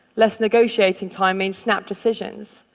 less negotiating time means snap decisions.